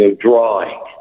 drawing